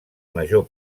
major